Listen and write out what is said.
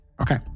okay